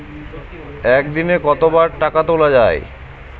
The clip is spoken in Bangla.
একদিনে কতবার টাকা তোলা য়ায়?